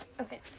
Okay